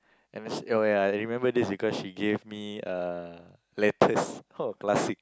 and oh ya I remember this because she gave me uh letters !huh! classic